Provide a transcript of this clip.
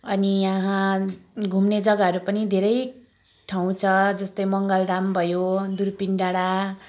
अनि यहाँ घुम्ने जग्गाहरू पनि धेरै ठाउँ छ जस्तै मङ्गलधाम भयो दुर्पिन डाँडा